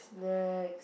snack